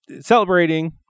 celebrating